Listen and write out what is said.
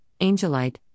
angelite